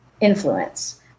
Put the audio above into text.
influence